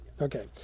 Okay